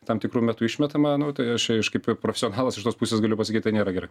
tam tikru metu išmetama nu tai aš aš kaip profesionalas iš tos pusės galiu pasakyt tai nėra gerai